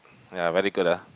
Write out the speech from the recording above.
ya very good ah